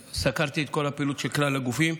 סקרתי את כל הפעילות של כלל הגופים.